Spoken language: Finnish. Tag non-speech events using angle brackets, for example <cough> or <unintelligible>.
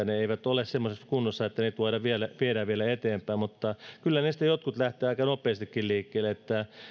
<unintelligible> ne eivät ole semmoisessa kunnossa että niitä voidaan viedä vielä eteenpäin mutta kyllä niistä jotkut lähtevät aika nopeastikin liikkeelle